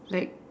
like